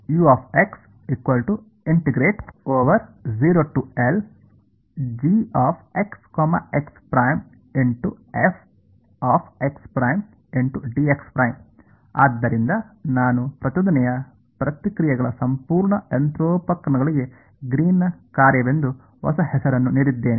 ಆದ್ದರಿಂದ ನಾನು ಪ್ರಚೋದನೆಯ ಪ್ರತಿಕ್ರಿಯೆಗಳ ಸಂಪೂರ್ಣ ಯಂತ್ರೋಪಕರಣಗಳಿಗೆ ಗ್ರೀನ್ನ ಕಾರ್ಯ ವೆಂದು ಹೊಸ ಹೆಸರನ್ನು ನೀಡಿದ್ದೇನೆ